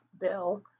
bill